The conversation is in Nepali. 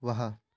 वाह